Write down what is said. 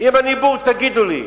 אם אני בור, תגידו לי.